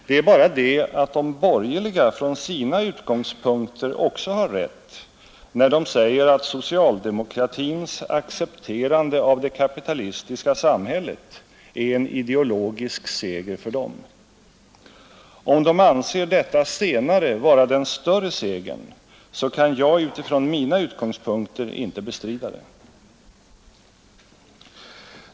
Det är bara det att de borgerliga från sina utgångspunkter också har rätt, när de säger att socialdemokratins accepterande av det kapitalistiska samhället är en ideologisk seger för dem. Om de anser detta senare vara den större segern, så kan jag utifrån mina utgångspunkter inte bestrida det.